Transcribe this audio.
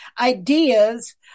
ideas